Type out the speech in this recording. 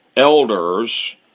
Elders